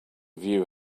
view